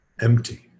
empty